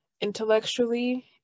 intellectually